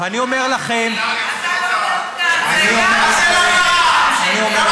ואני אומר לכם, אתה לא מעודכן, אדוני.